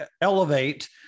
elevate